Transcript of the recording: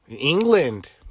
England